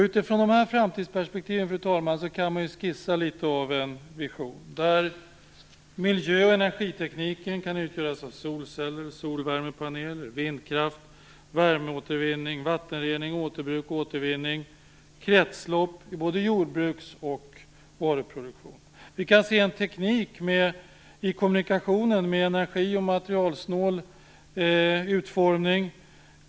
Utifrån dessa framtidsperspektiv, fru talman, kan man skissa litet av en vision där miljön och energitekniken kan utgöras av solceller, solvärmepaneler, vindkraft, värmeåtervinning, vattenrening, återbruk, återvinning och kretslopp i både jordbruks och varuproduktion. Vi kan se en teknik i kommunikationen mellan energi och materialsnål utformning.